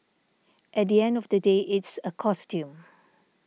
at the end of the day it's a costume